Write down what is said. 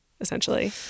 essentially